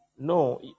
No